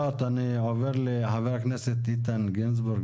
בבקשה, חבר הכנסת איתן גינזבורג.